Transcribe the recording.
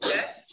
Yes